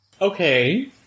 Okay